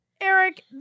Eric